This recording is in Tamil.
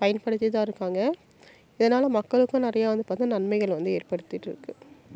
பயன்படுத்திட்டு தான் இருக்காங்க இதனால் மக்களுக்கும் நிறையா வந்து பார்த்தின்னா நன்மைகள் வந்து ஏற்படுத்திட்டு இருக்குது